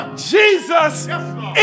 Jesus